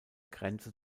grenze